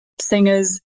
singers